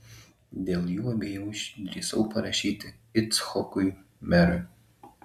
dėl jų abiejų išdrįsau parašyti icchokui merui